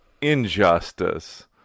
injustice